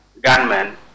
gunmen